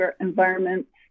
environments